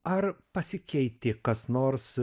ar pasikeitė kas nors